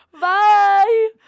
Bye